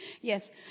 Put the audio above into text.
Yes